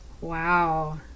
Wow